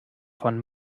von